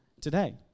today